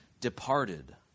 departed